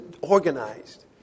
organized